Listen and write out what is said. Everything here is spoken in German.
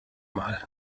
mal